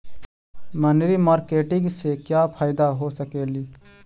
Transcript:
मनरी मारकेटिग से क्या फायदा हो सकेली?